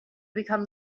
become